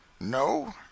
No